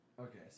Okay